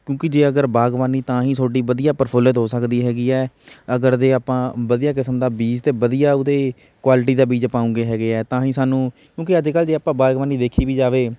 ਕਿਉਂਕਿ ਜੇ ਅਗਰ ਬਾਗਬਾਨੀ ਤਾਂ ਹੀ ਤੁਹਾਡੀ ਵਧੀਆ ਪ੍ਰਫੁੱਲਿਤ ਹੋ ਸਕਦੀ ਹੈਗੀ ਹੈ ਅਗਰ ਜੇ ਆਪਾਂ ਵਧੀਆ ਕਿਸਮ ਦਾ ਬੀਜ ਅਤੇ ਵਧੀਆ ਉਹਦੇ ਕੁਆਲਿਟੀ ਦਾ ਬੀਜ ਪਾਊਂਗੇ ਹੈਗੇ ਆ ਤਾਂ ਹੀ ਸਾਨੂੰ ਕਿਉਂਕਿ ਅੱਜ ਕੱਲ੍ਹ ਜੇ ਆਪਾਂ ਬਾਗਬਾਨੀ ਦੇਖੀ ਵੀ ਜਾਵੇ